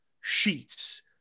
sheets